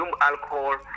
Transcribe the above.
alcohol